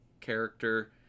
character